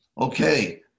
okay